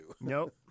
Nope